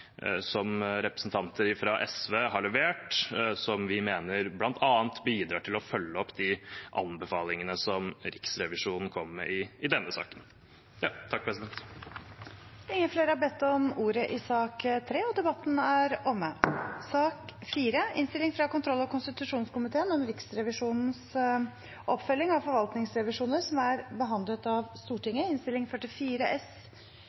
som representanter fra SV har levert som vi mener bl.a. bidrar til å følge opp de anbefalingene som Riksrevisjonen kommer med i denne saken. Flere har ikke bedt om ordet til sak nr. 3. Dette er nok en årlig begivenhet der vi skal behandle oppfølging av forvaltningsrevisjoner som er behandlet av